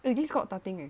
!oi! this got nothing eh